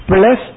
Plus